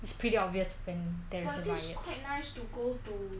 it's pretty obvious when there is a riot but I think is quite nice to go to